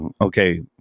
Okay